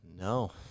No